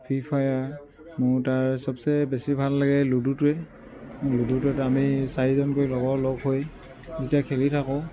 free fire মোৰ তাৰ চবচে বেছি ভাল লাগে লুডুটোৱে লুডুটোত আমি চাৰিজনকৈ লগৰ লগ হৈ যেতিয়া খেলি থাকোঁ